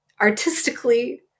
artistically